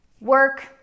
work